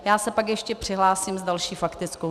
Já se pak ještě přihlásím s další faktickou.